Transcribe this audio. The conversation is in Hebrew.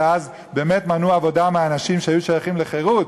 ואז באמת מנעו עבודה מאנשים שהיו שייכים לחרות,